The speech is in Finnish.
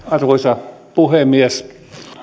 arvoisa puhemies